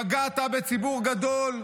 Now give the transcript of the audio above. פגעת בציבור גדול,